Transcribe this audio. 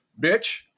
bitch